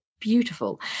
beautiful